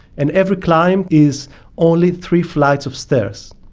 and every climb is only three flights of stairs,